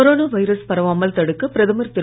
corona virus பரவாமல் தடுக்க பிரதமர் திரு